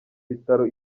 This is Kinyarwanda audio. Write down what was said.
bitaro